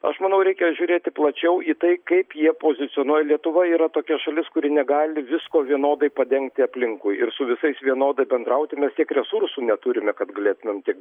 aš manau reikia žiūrėti plačiau į tai kaip jie pozicionuoja lietuva yra tokia šalis kuri negali visko vienodai padengti aplinkui ir su visais vienodai bendrauti mes tiek resursų neturime kad galėtumėm tiek